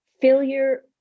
failure